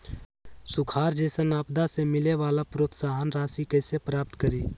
सुखार जैसन आपदा से मिले वाला प्रोत्साहन राशि कईसे प्राप्त करी?